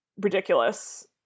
ridiculous